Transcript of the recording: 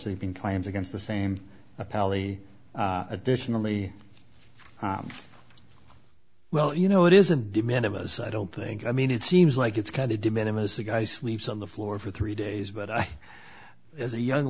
sleeping claims against the same appellee additionally well you know it isn't demand of us i don't think i mean it seems like it's going to diminish as the guy sleeps on the floor for three days but i as a young